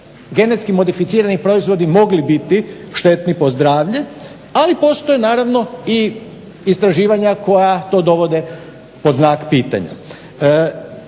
sumnji da bi GM proizvodi mogli biti štetni po zdravlje ali postoji naravno istraživanja koja to dovode pod znak pitanja.